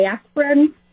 aspirin